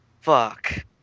fuck